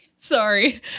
Sorry